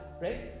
right